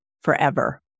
forever